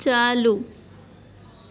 ચાલુ